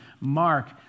Mark